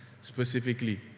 specifically